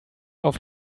auf